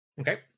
Okay